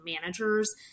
managers